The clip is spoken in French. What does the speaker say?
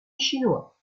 chinois